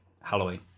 Halloween